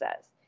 says